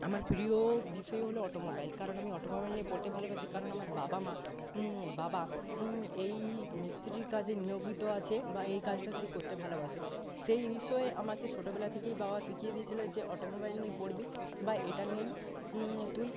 আমার প্রিয় বিষয় হলো অটোমোবাইল কারণ আমি অটোমোবাইল নিয়ে পড়তে ভালোবাসি কারণ আমার বাবা মা বাবা এই মিস্ত্রির কাজে নিয়োজিত আছে বা এই কাজটা করতে সে ভালোবাসে সেই বিষয় আমাকে ছোটবেলা থেকেই বাবা শিখিয়ে দিয়েছিলো যে অটোমোবাইল নিয়ে পড়বি বা এটা নিয়েই তুই